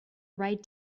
write